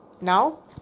now